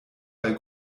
bei